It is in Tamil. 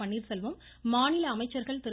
பன்னீர்செல்வம் மாநில அமைச்சர்கள் திரு